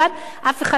אף אחד לא התחרט,